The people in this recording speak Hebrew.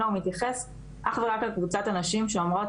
אלא הוא מתייחס אך ורק על קבוצת הנשים שאומרות,